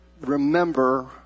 remember